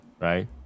Right